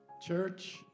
Church